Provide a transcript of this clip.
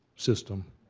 system.